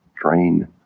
drain